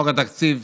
חוק התקציב,